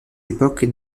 époque